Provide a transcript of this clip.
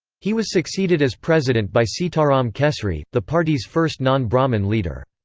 he was succeeded as president by sitaram kesri, the party's first non-brahmin leader.